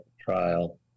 trial